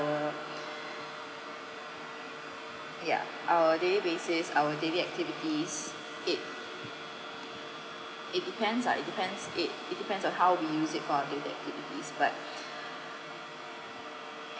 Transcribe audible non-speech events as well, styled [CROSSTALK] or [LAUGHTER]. ya our daily basis our daily activities it it depends ah it depends it it depends on how we use it for our daily activities but [BREATH]